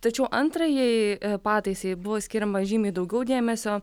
tačiau antrajai pataisai buvo skiriama žymiai daugiau dėmesio